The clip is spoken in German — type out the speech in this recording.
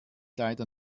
leider